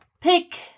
pick